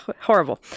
Horrible